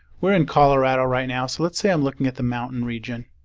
we're in colorado right now so let's say i'm looking at the mountain region.